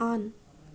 on